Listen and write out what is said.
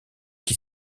qui